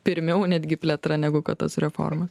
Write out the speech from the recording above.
pirmiau netgi plėtra negu kad tos reformos